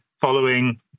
following